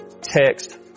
text